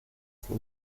sie